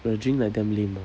the drink like damn lame ah